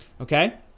Okay